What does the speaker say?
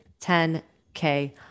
10K